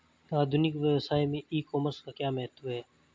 आधुनिक व्यवसाय में ई कॉमर्स का क्या महत्व है?